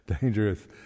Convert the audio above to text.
Dangerous